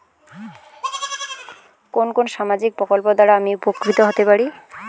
কোন কোন সামাজিক প্রকল্প দ্বারা আমি উপকৃত হতে পারি?